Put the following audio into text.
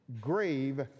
grave